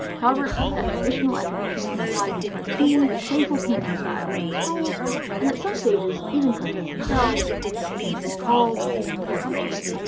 however that traditional attribution is why the cartoony, playful painting style in the scrolls and at some stages even cartoons themselves came to be called toba-e. ah